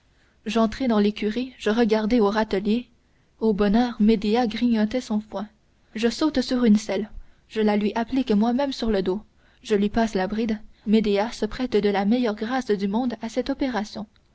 j'entrai dans l'écurie je regardai au râtelier oh bonheur médéah grignotait son foin je saute sur une selle je la lui applique moi-même sur le dos je lui passe la bride médéah se prête de la meilleure grâce du monde à cette opération